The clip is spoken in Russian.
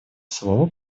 слово